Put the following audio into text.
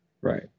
Right